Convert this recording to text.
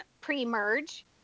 pre-merge